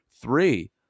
three